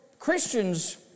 Christians